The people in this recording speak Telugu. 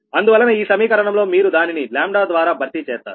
అందువలన ఈ సమీకరణంలో మీరు దానిని ద్వారా భర్తీ చేస్తారు